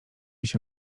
się